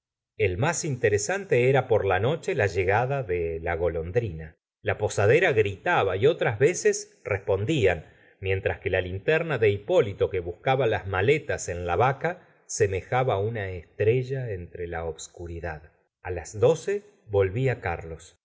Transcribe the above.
el más interesante era por la noche la llegada de cla golondrina la posadera gritaba y etras voees respondían mientras la linterna de hipólito que bus c aba las maletas en la vaca semejaba una estrella entre la obscuridad a las doce volvía carlos